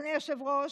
אדוני היושב-ראש,